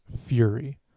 fury